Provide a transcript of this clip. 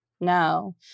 no